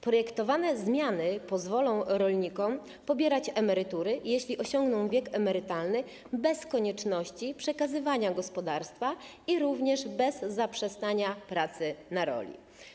Projektowane zmiany pozwolą rolnikom pobierać emerytury, jeśli osiągną wiek emerytalny, bez konieczności przekazywania gospodarstwa i zaprzestania pracy na roli.